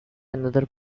another